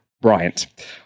Bryant